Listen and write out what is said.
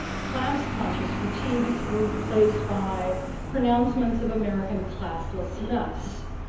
class conscious critiques were replaced by pronouncements of american classlessness,